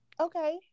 Okay